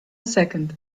second